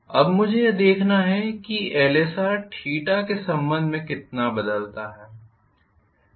अब मुझे यह देखना है कि Lsr थीटा के संबंध में कितना बदलता है